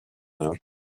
nawr